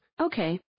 Okay